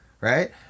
right